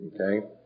okay